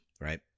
right